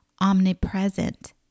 omnipresent